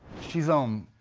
she's, um.